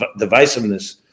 divisiveness